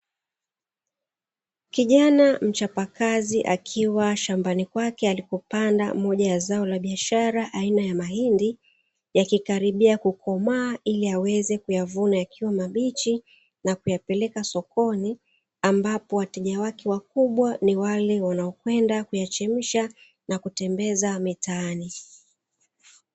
Kijana mchapakazi akiwa shambani kwake alipopanda moja ya zao la biashara aina ya mahindi, yakikaribia kukomaa ili aweze kuyavuna yakiwa mabichi na kuyapeleka sokoni, ambapo wateja wake wakubwa ni wale wanaokwenda kuyachemsha na kutembeza mitaani.